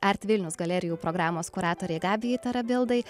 arti vilniaus galerijų programos kuratoriai gabijai tarabildai